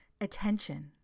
attention